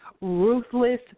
ruthless